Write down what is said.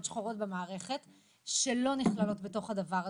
שחורות במערכת שלא נכללות בתוך הדבר הזה.